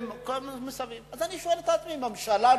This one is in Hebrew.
ממשלה נורמלית,